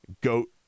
goat